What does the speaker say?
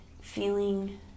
feeling